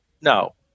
No